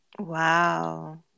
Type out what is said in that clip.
Wow